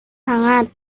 hangat